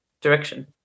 direction